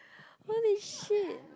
what the shit